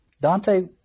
Dante